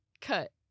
cut